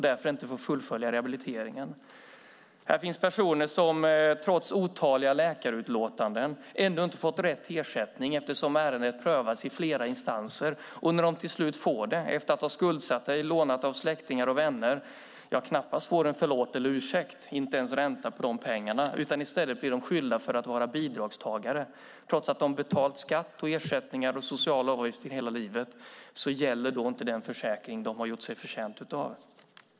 Här finns personer som trots otaliga läkarutlåtanden ändå inte har fått rätt ersättning eftersom ärendet prövas i flera instanser. När de till slut får rätt ersättning efter att ha skuldsatt sig, lånat av släktingar och vänner, får de knappast en ursäkt, inte ens ränta på pengarna. I stället blir de skyllda för att vara bidragstagare. Trots att de har betalat skatt, ersättningar och sociala avgifter hela livet gäller inte den försäkring de har gjort sig förtjänta av.